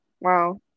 wow